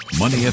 Money